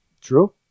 True